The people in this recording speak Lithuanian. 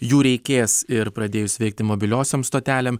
jų reikės ir pradėjus veikti mobiliosiom stotelėm